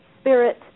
spirit